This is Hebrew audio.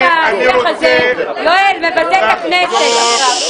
השיח הזה, יואל, מבזה את הכנסת.